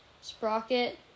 Sprocket